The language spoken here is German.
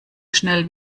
schnell